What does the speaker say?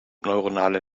neuronale